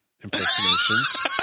impersonations